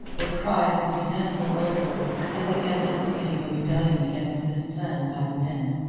they cried with resentful voices, as if anticipating a rebellion against this plan by the men.